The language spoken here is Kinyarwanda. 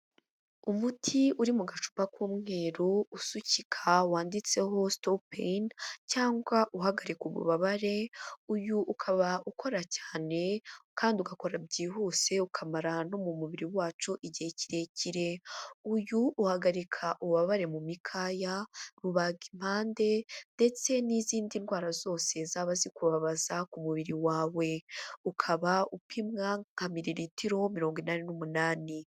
Umuti uri mu gacupa k'umweru usukika wanditseho Stopain cyangwa uhagarika ububabare, uyu ukaba ukora cyane kandi ugakora byihuse ukamara no mu mubiri wacu igihe kirekire, uyu uhagarika ububabare mu mikaya, rubagimpande ndetse n'izindi ndwara zose zaba zikubabaza ku mubiri wawe, ukaba upimwa nka militiro mirongo inani n'umunani.